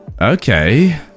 Okay